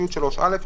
י3א,